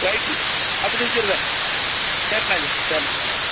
right அப்போ செஞ்சிடுறேன் okay